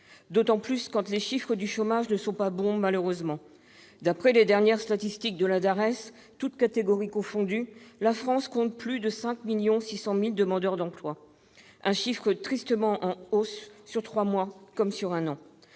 D'autant plus quand les chiffres du chômage ne sont pas bons, malheureusement. Or, d'après les dernières statistiques de la DARES, toutes catégories confondues, la France compte plus de 5 600 000 demandeurs d'emploi. Un chiffre tristement en hausse, sur trois mois comme sur un an.